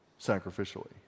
sacrificially